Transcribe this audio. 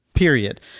period